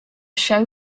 show